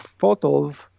photos